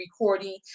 recording